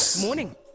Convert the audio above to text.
Morning